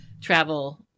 Travel